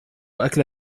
أكل